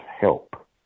help